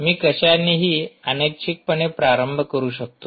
मी कशानेही अनैच्छिकपणे प्रारंभ करू शकतो